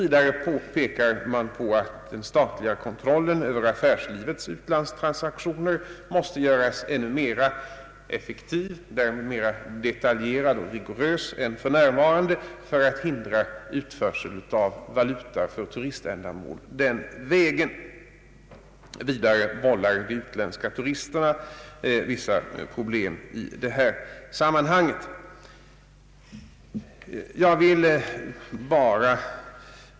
Vidare pekade utskottet på att den statliga kontrollen över affärslivets utlandstransaktioner måste göras ännu mera effektiv och därmed mera detaljerad och rigorös än för närvarande för att hindra utförsel av valuta för turiständamål den vägen. Vidare vållar de utländska turisterna vissa problem i det här sammanhanget.